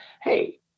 hey